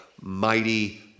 mighty